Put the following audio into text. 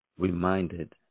reminded